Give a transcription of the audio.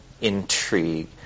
intrigue